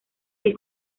del